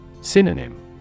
Synonym